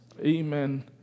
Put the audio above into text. amen